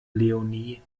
leonie